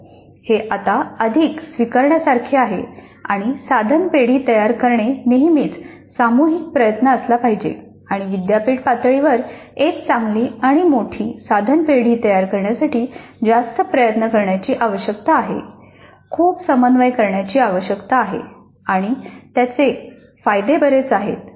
हे आता अधिक स्वीकारण्यासारखे आहे आणि साधन पेढी तयार करणे नेहमीच सामूहिक प्रयत्न असला पाहिजे आणि विद्यापीठ पातळीवर एक चांगली आणि मोठी साधन पेढी तयार करण्यासाठी जास्त प्रयत्न करण्याची आवश्यकता आहे खूप समन्वय करण्याची आवश्यकता आहे आणि त्याचे फायदे बरेच आहेत